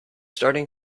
starting